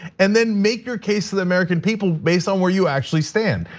and then make your case to the american people based on where you actually stand.